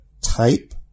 type